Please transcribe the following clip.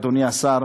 אדוני השר,